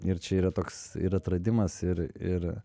ir čia yra toks ir atradimas ir ir